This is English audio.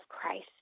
Christ